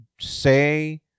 say